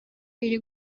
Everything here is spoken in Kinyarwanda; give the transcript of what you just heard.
iri